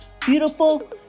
beautiful